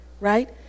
right